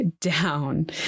down